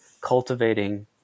cultivating